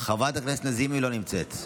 חברת הכנסת לזימי, לא נמצאת,